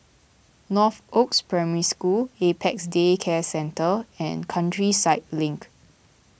Northoaks Primary School Apex Day Care Centre and Countryside Link